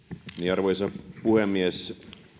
arvoisa puhemies